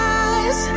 eyes